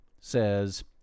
says